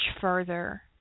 further